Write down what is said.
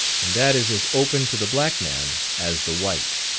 and that is as open to the black man as the white.